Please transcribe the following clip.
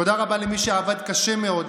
תודה רבה למי שעבדו קשה מאוד,